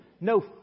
no